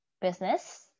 business